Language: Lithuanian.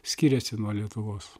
skyrėsi nuo lietuvos